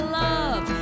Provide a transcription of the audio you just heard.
love